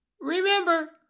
Remember